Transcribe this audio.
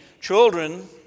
children